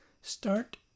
start